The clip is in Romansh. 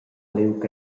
liug